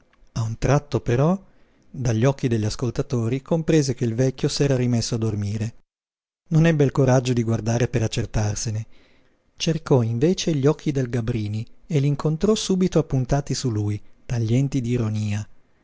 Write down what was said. a un tratto però dagli occhi degli ascoltatori comprese che il vecchio s'era rimesso a dormire non ebbe il coraggio di guardare per accertarsene cercò invece gli occhi del gabrini e li incontrò subito appuntati su lui taglienti di ironia